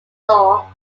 flaw